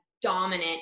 dominant